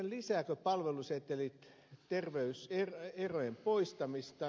lisäävätkö palvelusetelit sitten terveyserojen poistamista